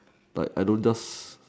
but I don't just